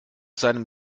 seinem